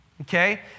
Okay